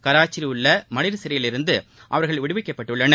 கராச்சியிலுள்ள மலிர் சிறையிலிருந்து அவர்கள் விடுவிக்கப்பட்டுள்ளனர்